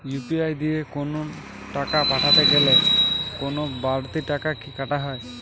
UPI দিয়ে কোন টাকা পাঠাতে গেলে কোন বারতি টাকা কি কাটা হয়?